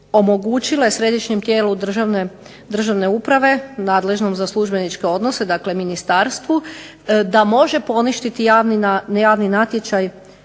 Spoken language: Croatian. omogućile Središnjem tijelu državne uprave nadležnom za službeničke odnose, dakle ministarstvu, da može poništiti javni natječaj